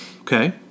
Okay